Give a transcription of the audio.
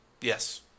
Yes